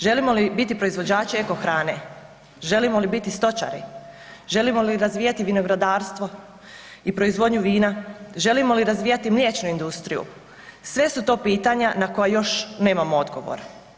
Želimo li biti proizvođači eko hrane, želimo li biti stočari, želimo li razvijati vinogradarstvo i proizvodnju vina, želimo li razvijati mliječnu industriju sve su to pitanja na koja još nemamo odgovor.